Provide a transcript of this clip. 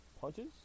punches